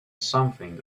something